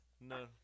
No